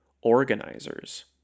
Organizers